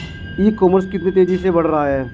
ई commerce कितनी तेजी से बढ़ रहा है?